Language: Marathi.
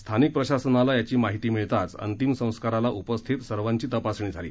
स्थानिक प्रशासनाला याची माहिती मिळताच अंतिम संस्काराला उपस्थित सर्वांची तपासणी झाली